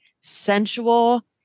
sensual